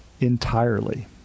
entirely